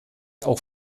auch